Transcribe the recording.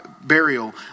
burial